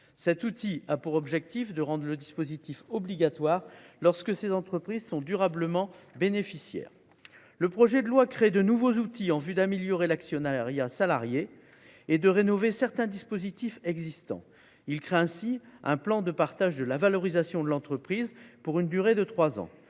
Ce mécanisme a pour but de rendre le dispositif obligatoire lorsque les entreprises concernées sont durablement bénéficiaires. De plus, le projet de loi crée de nouveaux outils afin d’améliorer l’actionnariat salarié et de rénover certains dispositifs existants. Il crée ainsi un plan de partage de la valorisation de l’entreprise (PPVE) pour une durée de trois ans.